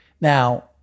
Now